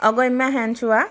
অগম্যা শেনছোৱা